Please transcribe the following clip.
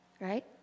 right